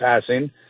passing